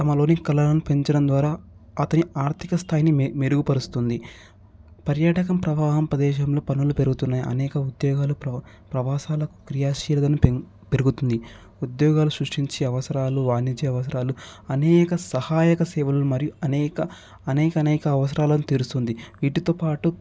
తమలోనికి కలలను పెంచడం ద్వారా అతని ఆర్థిక స్థాయిని మె మెరుగుపరుస్తుంది పర్యాటకం ప్రవాహం ప్రదేశంలో పనులు పెరుగుతున్నాయి అనేక ఉద్యోగాలు ప్ర ప్రవాసాల క్రియాశీల పెరుగుతుంది ఉద్యోగాలు సృష్టించి అవసరాలు వానించే అవసరాలు అనేక సహాయక సేవలు మరియు అనేక అనేక అనేక అవసరాలను తీరుస్తుంది వీటితోపాటు